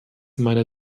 meine